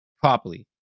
properly